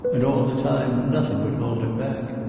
and all the time nothing would hold him back.